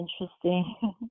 interesting